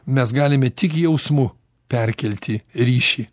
mes galime tik jausmu perkelti ryšį